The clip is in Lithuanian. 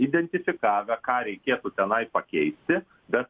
identifikavę ką reikėtų tenai pakeisti bet